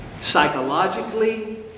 Psychologically